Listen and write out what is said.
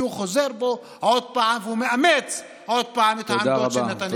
כי הוא חוזר בו עוד פעם והוא מאמץ עוד פעם את העמדות של נתניהו.